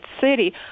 city